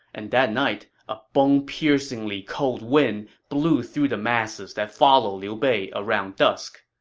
and that night, a bone-piercingly cold wind blew through the masses that followed liu bei around dusk.